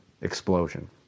explosion